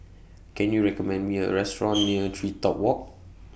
Can YOU recommend Me A Restaurant near TreeTop Walk